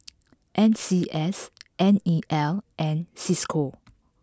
N C S N E L and Cisco